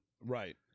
Right